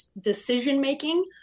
decision-making